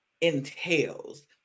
entails